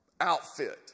outfit